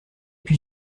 puis